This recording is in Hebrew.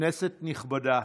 כנסת נכבדה,